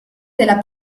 della